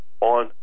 on